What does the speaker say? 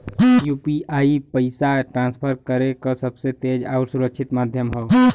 UPI पइसा transfer करे क सबसे तेज आउर सुरक्षित माध्यम हौ